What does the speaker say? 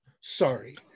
Sorry